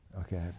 okay